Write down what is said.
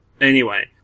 anyway-